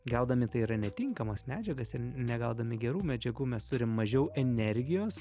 gaudami tai yra netinkamas medžiagas ir negaudami gerų medžiagų mes turim mažiau energijos